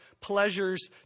pleasures